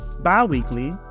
Bi-weekly